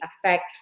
affect